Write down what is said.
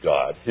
God